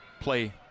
play